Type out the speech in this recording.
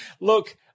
Look